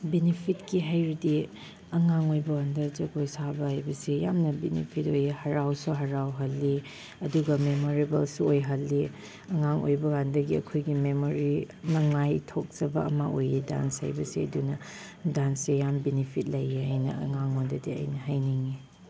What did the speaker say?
ꯕꯦꯅꯤꯐꯤꯠꯀꯤ ꯍꯥꯏꯔꯗꯤ ꯑꯉꯥꯡ ꯑꯣꯏꯕꯀꯥꯟꯗ ꯖꯒꯣꯏ ꯁꯥꯕ ꯍꯥꯏꯕꯁꯤ ꯌꯥꯝꯅ ꯕꯦꯅꯤꯐꯤꯠ ꯑꯣꯏꯌꯦ ꯍꯔꯥꯎꯁꯨ ꯍꯔꯥꯎꯍꯜꯂꯤ ꯑꯗꯨꯒ ꯃꯦꯃꯣꯔꯦꯕꯜꯁꯨ ꯑꯣꯏꯍꯜꯂꯤ ꯑꯉꯥꯡ ꯑꯣꯏꯕꯀꯥꯟꯗꯒꯤ ꯑꯩꯈꯣꯏꯒꯤ ꯃꯦꯃꯣꯔꯤ ꯅꯨꯡꯉꯥꯏꯊꯣꯛꯆꯕ ꯑꯃ ꯑꯣꯏꯌꯦ ꯗꯥꯟꯁ ꯍꯥꯏꯕꯁꯦ ꯑꯗꯨꯅ ꯗꯥꯟꯁꯁꯦ ꯌꯥꯝ ꯕꯦꯅꯤꯐꯤꯠ ꯂꯩꯌꯦ ꯍꯥꯏꯅ ꯑꯉꯥꯡꯉꯣꯟꯗꯗꯤ ꯑꯩꯅ ꯍꯥꯏꯅꯤꯡꯉꯤ